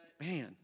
man